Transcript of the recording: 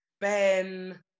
Ben